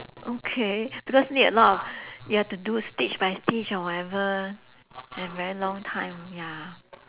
okay because need a lot of ya to do stitch by stitch or whatever and very long time ya